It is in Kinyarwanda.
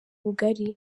ubugari